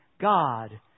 God